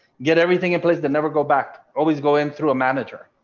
get everything in place, the never go back, always go in through a manager.